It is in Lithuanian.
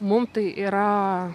mum tai yra